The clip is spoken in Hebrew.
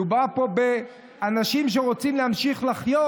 מדובר פה באנשים שרוצים להמשיך לחיות.